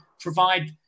provide